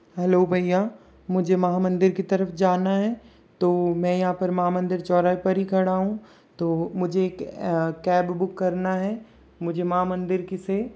hello भईया मुझे महा मंदिर की तरफ जाना है तो मैं यहाँ पर महा मंदिर चौराहे पर ही खड़ा हूँ तो मुझे एक कैब बुक करना है मुझे महा मंदिर की से